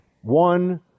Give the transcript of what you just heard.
one